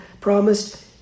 promised